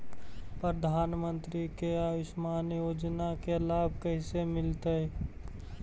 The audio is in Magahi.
प्रधानमंत्री के आयुषमान योजना के लाभ कैसे मिलतै?